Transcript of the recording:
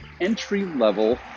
entry-level